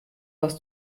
was